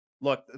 look